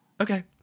Okay